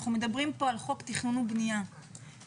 אנחנו מדברים כאן על חוק תכנון ובנייה ואם